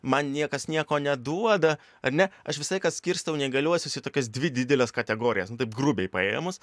man niekas nieko neduoda ar ne aš visą laiką skirstau neįgaliuosius į tokias dvi dideles kategorijas nu taip grubiai paėmus